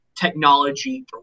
technology